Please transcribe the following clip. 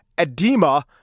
edema